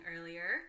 earlier